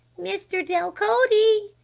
mr. delcote!